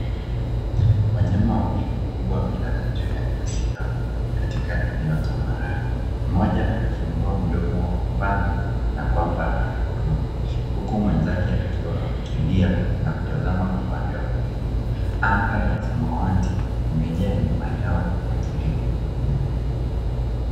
Wanyama wawili wakubwa wamelala juu ya nyasi kavu katika eneo la tambarare mmoja amefungua mdomo mpana na kwamba ana guruma huku mwenzake akiwa ametulia na kutazama upande wa kulia anga ya samawati imejaa nyuma yao kwa utulivu mkubwa.